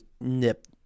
nip